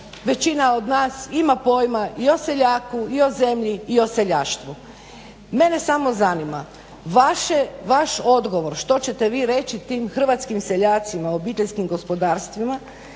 većina nas ima pojma i o seljaku, i o zemlji i o seljaštvu. Mene samo zanima vaš odgovor što ćete vi reći tim hrvatskim seljacima, obiteljskim gospodarstvima